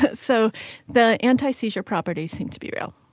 but so the anti seizure properties seem to be real.